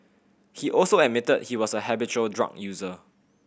he also admitted he was a habitual drug user